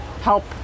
help